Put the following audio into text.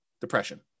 depression